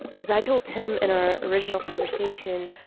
as i told tim in our original conversation,